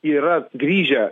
yra grįžę